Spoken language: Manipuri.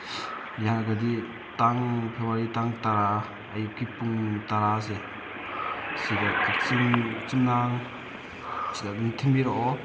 ꯌꯥꯔꯒꯗꯤ ꯇꯥꯡ ꯐꯦꯕꯨꯋꯥꯔꯤꯒꯤ ꯇꯥꯡ ꯇꯔꯥ ꯑꯌꯨꯛꯀꯤ ꯄꯨꯡ ꯇꯔꯥꯁꯦ ꯁꯤꯗ ꯀꯛꯆꯤꯡ ꯆꯨꯝꯅꯥꯡ ꯁꯤꯗ ꯑꯗꯨꯝ ꯊꯤꯟꯕꯤꯔꯛꯑꯣ